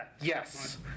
Yes